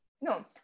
no